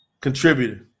contributor